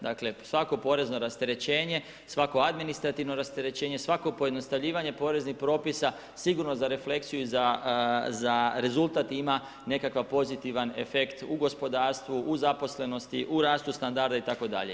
Dakle, svako porezno rasterećenje, svako administrativno rasterećenje, svako pojednostavljivanje poreznih propisa, sigurno za refleksiju i za rezultat ima nekakav pozitivan efekt u gospodarstvu, u zaposlenosti, u rastu standarda itd.